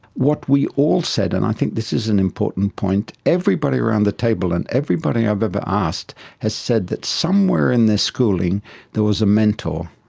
what we all said, and i think this is an important point, everybody around the table and everybody i've ever asked has said that somewhere in their schooling there was a mentor,